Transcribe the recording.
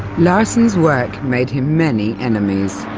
larsson's work made him many enemies.